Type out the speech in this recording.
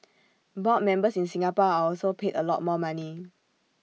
board members in Singapore are also paid A lot more money